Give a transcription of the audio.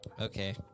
okay